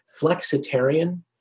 flexitarian